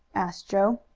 asked joe.